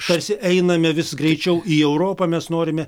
tarsi einame vis greičiau į europą mes norime